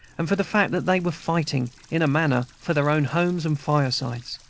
and for the fact that they were fighting, in a manner, for their own homes and firesides.